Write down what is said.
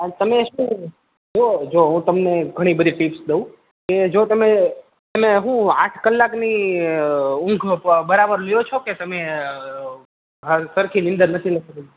અને તમે શું જો જો હું તમને ઘણી બધી ટિપ્સ દઉં કે જો તમે તમે હું આઠ કલાકની ઊંઘ બરાબર લ્યો છો કે તમે સરખી નિંદર નથી લેતા